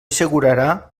assegurarà